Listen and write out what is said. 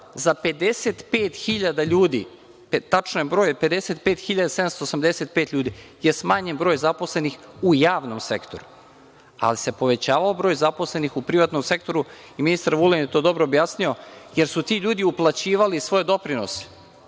za 55.000 ljudi, tačan je broj 55.785 ljudi je smanjen broj zaposlenih u javnom sektoru, ali se povećavao broj zaposlenih u privatnom sektoru. Ministar Vulin je to dobro objasnio, jer su ti ljudi uplaćivali svoje doprinose.